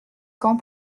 camps